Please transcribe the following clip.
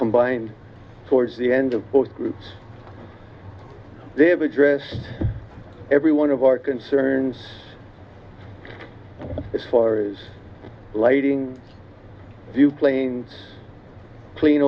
combined towards the end of both groups they have address every one of our concerns as far as lighting a few planes clean